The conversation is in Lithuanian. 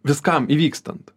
viskam įvykstant